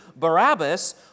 Barabbas